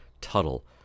tuttle